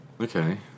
Okay